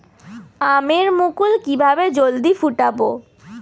আমের মুকুল কিভাবে জলদি ফুটাব?